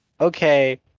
okay